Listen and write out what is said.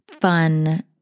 fun